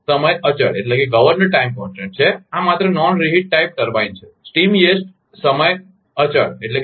તેથી આ આ ગવર્નર સમય અચળ છે અને આ માત્ર નોન રીહિટ ટાઇપ ટર્બાઇન છે સ્ટીમ ચેસ્ટ સમય અચળ છે